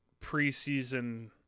preseason